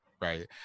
right